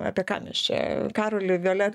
apie ką mes čia karoli viole